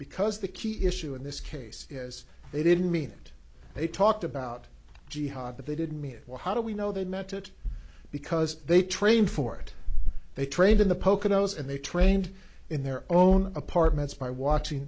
because the key issue in this case is they didn't mean it they talked about jihad but they didn't mean it well how do we know they meant it because they trained for it they trained in the poconos and they trained in their own apartments by watching